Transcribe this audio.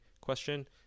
question